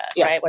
right